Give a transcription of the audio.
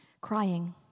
crying